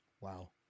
wow